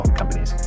companies